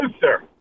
sir